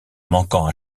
manquant